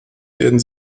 werden